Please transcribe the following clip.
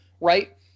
right